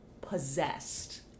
possessed